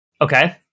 Okay